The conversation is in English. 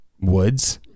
woods